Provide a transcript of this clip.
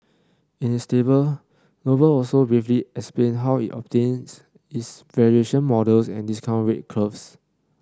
in its state Noble also briefly explained how it obtains its valuation models and discount rate curves